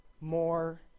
more